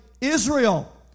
Israel